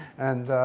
and